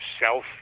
self